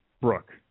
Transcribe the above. Brooke